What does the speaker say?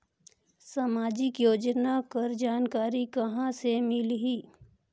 समाजिक योजना कर जानकारी कहाँ से मिलही?